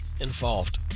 involved